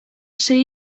sei